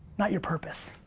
not your purpose.